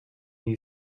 you